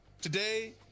today